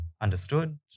understood